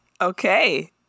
Okay